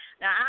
Now